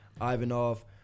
Ivanov